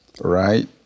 right